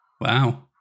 Wow